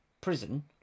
prison